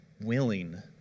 Willing